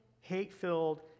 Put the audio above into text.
hate-filled